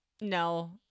No